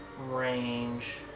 range